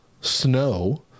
Snow